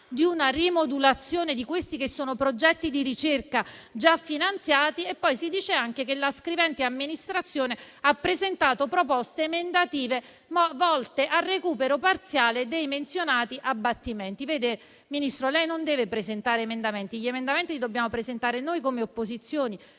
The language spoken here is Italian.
di una rimodulazione di questi che sono progetti di ricerca già finanziati e, poi, si dice anche che la scrivente amministrazione ha presentato proposte emendative volte al recupero parziale dei menzionati abbattimenti. Vede, Ministro, lei non deve presentare emendamenti. Noi, come opposizione, dobbiamo presentare emendamenti.